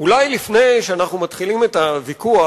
אולי לפני שאנחנו מתחילים את הוויכוח,